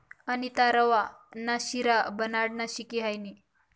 अनीता रवा ना शिरा बनाडानं शिकी हायनी